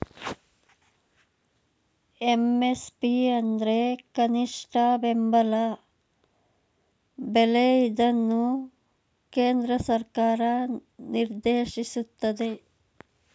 MSP ಅಂದ್ರೆ ಕನಿಷ್ಠ ಬೆಂಬಲ ಬೆಲೆ ಇದನ್ನು ಕೇಂದ್ರ ಸರ್ಕಾರ ನಿರ್ದೇಶಿಸುತ್ತದೆ